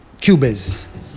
Cubes